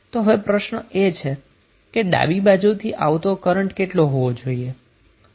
તો હવે પ્રશ્ન એ છે કે ડાબી બાજુથી આવતો કરન્ટ કેટલો હોવો જોઈએ